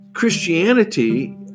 Christianity